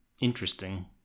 interesting